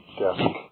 desk